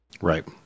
Right